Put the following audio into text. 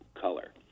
color